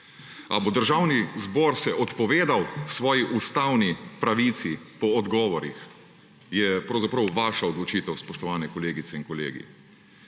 se bo Državni zbor odpovedal svoji ustavni pravici po odgovorih, je pravzaprav vaša odločitev, spoštovani kolegice in kolegi.